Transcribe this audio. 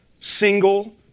single